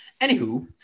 anywho